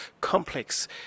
complex